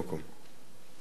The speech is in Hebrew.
הכוונה היא בטח להר-ציון.